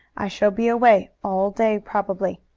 i shall be away all day probably.